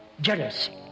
jealousy